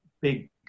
big